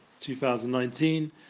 2019